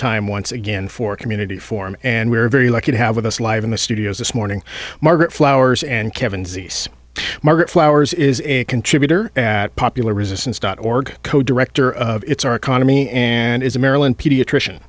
time once again for community form and we're very lucky to have with us live in the studio this morning margaret flowers and kevin zeese margaret flowers is a contributor at popular resistance dot org co director of its our economy and is a maryland pediatrician